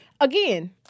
again